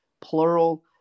plural